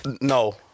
No